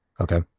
Okay